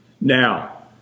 Now